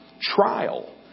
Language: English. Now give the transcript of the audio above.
trial